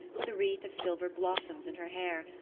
with a wreath of silver blossoms in her hair,